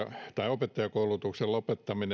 opettajakoulutuksen lopettaminen